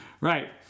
Right